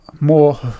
more